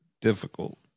difficult